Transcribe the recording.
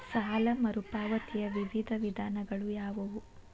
ಸಾಲ ಮರುಪಾವತಿಯ ವಿವಿಧ ವಿಧಾನಗಳು ಯಾವುವು?